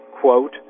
quote